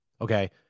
okay